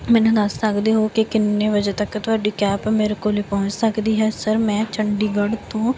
ਮੈਨੂੰ ਦੱਸ ਸਕਦੇ ਹੋ ਕਿ ਕਿੰਨੇ ਵਜੇ ਤੱਕ ਤੁਹਾਡੀ ਕੈਬ ਮੇਰੇ ਕੋਲ ਪਹੁੰਚ ਸਕਦੀ ਹੈ ਸਰ ਮੈਂ ਚੰਡੀਗੜ੍ਹ ਤੋਂ